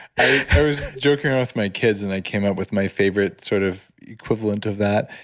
i was joking around with my kids and i came up with my favorite sort of equivalent of that.